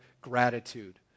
gratitude